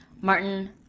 Martin